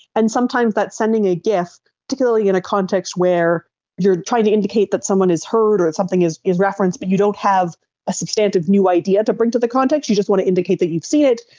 and sometimes that's sending a gif, particularly in a context where you are trying to indicate that someone is heard or something is is referenced but you don't have a substantive new idea to bring to the context, you just want to indicate that you've seen it,